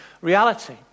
reality